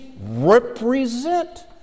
represent